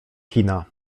kina